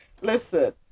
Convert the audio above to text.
listen